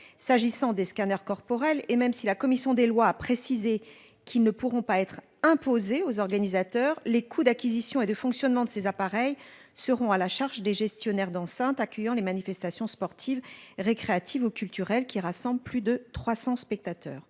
s'agissant des scanners corporels et même si la commission des lois a précisé qu'ils ne pourront pas être imposés aux organisateurs, les coûts d'acquisition et de fonctionnement de ces appareils seront à la charge des gestionnaires d'enceintes accueillant les manifestations sportives, récréatives au culturel qui rassemble plus de 300 spectateurs